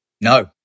no